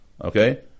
Okay